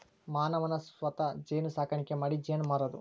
ಮಾನವನ ಸ್ವತಾ ಜೇನು ಸಾಕಾಣಿಕಿ ಮಾಡಿ ಜೇನ ಮಾರುದು